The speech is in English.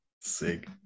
Sick